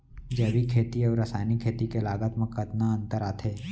जैविक खेती अऊ रसायनिक खेती के लागत मा कतना अंतर आथे?